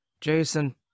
Jason